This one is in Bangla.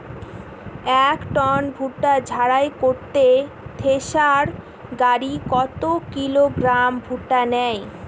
এক টন ভুট্টা ঝাড়াই করতে থেসার গাড়ী কত কিলোগ্রাম ভুট্টা নেয়?